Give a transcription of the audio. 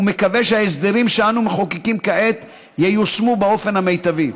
ומקווה שההסדרים שאנו מחוקקים כעת ייושמו באופן המיטבי.